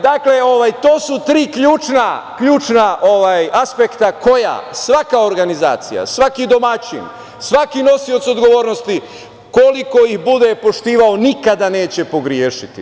Dakle, to su tri ključna aspekta koja svaka organizacija, svaki domaćin, svaki nosioc odgovornosti, koliko ih bude poštovao nikada neće pogrešiti.